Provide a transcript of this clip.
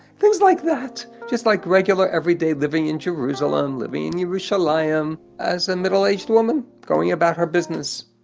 things like that, just like regular, everyday, living in jerusalem, living in yerushalayim, as a middle aged woman, going about her business.